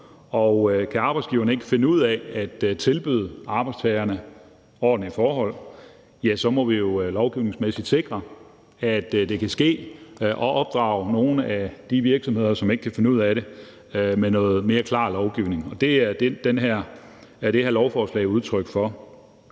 Kan arbejdsgiveren ikke kan finde ud af at tilbyde arbejdstagerne ordentlige forhold, må vi jo lovgivningsmæssigt sikre, at det kan ske, og opdrage nogle af de virksomheder, som ikke kan finde ud af det, med noget mere klar lovgivning. Det er det her lovforslag udtryk for.